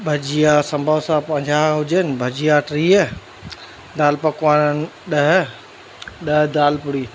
भजिया संबोसा पंजाह हुजनि भजिया टीह दाल पकवान ॾह ॾह दाल पूड़ी